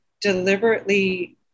deliberately